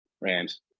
Rams